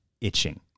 itching